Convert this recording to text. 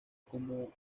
como